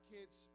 kids